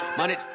money